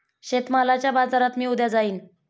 शेतमालाच्या बाजारात मी उद्या जाईन